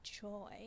joy